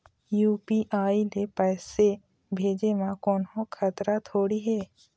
UPI ले पैसे भेजे म कोन्हो खतरा थोड़ी हे?